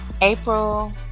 April